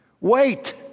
Wait